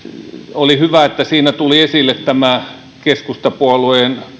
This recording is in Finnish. oli hyvä että siinä tuli esille tämä ilmeisesti keskustapuolueen